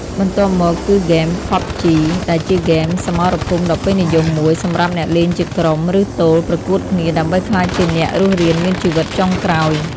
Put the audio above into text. បន្ទាប់មក គឺហ្គេមផប់ជី ដែលជាហ្គេមសមរភូមិដ៏ពេញនិយមមួយ សម្រាប់អ្នកលេងជាក្រុម ឬទោលប្រកួតគ្នាដើម្បីក្លាយជាអ្នករស់រានមានជីវិតចុងក្រោយ។